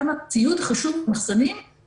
כמה ציוד חשוב --- זה